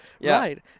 right